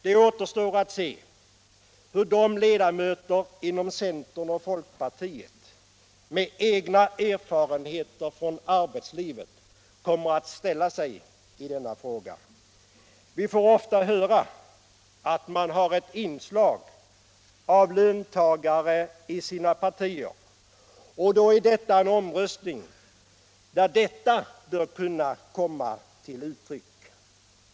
Det återstår att se hur de ledamöter inom centern och folkpartiet, som har egna erfarenheter från arbetslivet, kommer att ställa sig i denna fråga. Vi får ofta höra att de har ett inslag av löntagare i sina partier och då är detta en omröstning där det förhållandet bör kunna komma till uttryck.